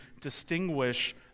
distinguish